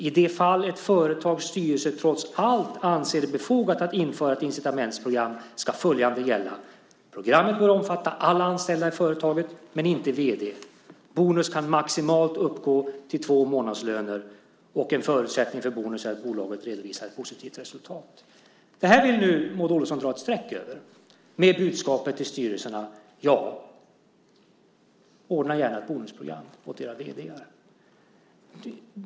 I de fall ett företags styrelse trots allt anser det befogat att införa ett incitamentsprogram ska följande gälla. Programmet bör omfatta alla anställda i företaget men inte vd. Bonus kan maximalt uppgå till två månadslöner. En förutsättning för bonus är att bolaget redovisar ett positivt resultat. Det här vill nu Maud Olofsson dra ett streck över, med budskapet till styrelserna: Ja, ordna gärna ett bonusprogram åt era vd:ar.